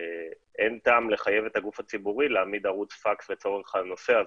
אין טעם לחייב את הגוף הציבורי להעמיד ערוץ פקס לצורך הנושא הזה.